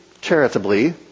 charitably